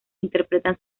interpretan